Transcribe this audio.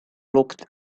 looked